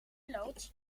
loods